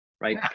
right